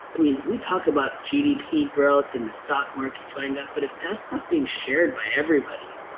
i mean we talk about gdp growth and the stock market going up, but if that's not being shared by everybody,